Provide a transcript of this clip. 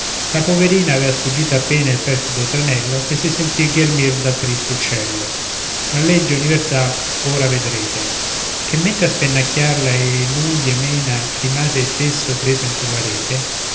la poverina avea sfuggito appena il perfido tranello che si sentì ghermir dal tristo uccello la legge universal ora vedrete ché mentre a spennacchiarla ei l'unghie mena rimase ei stesso preso entro la rete